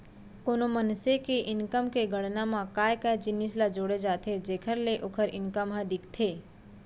कोनो मनसे के इनकम के गणना म काय काय जिनिस ल जोड़े जाथे जेखर ले ओखर इनकम ह दिखथे?